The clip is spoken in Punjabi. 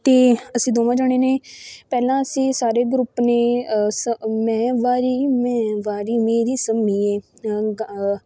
ਅਤੇ ਅਸੀਂ ਦੋਵਾਂ ਜਾਣਿਆ ਨੇ ਪਹਿਲਾਂ ਅਸੀਂ ਸਾਰੇ ਗਰੁੱਪ ਨੇ ਸ ਮੈਂ ਵਾਰੀ ਮੈਂ ਵਾਰੀ ਮੇਰੀ ਸੰਮੀਏ ਗ